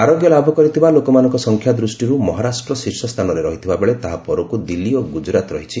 ଆରୋଗ୍ୟ ଲାଭ କରିଥିବା ଲୋକମାନଙ୍କ ସଂଖ୍ୟା ଦୃଷ୍ଟିରୁ ମହାରାଷ୍ଟ୍ର ଶୀର୍ଷସ୍ଥାନରେ ରହିଥିବା ବେଳେ ତାହା ପରକୁ ଦିଲ୍ଲୀ ଓ ଗୁଜରାତ ରହିଛି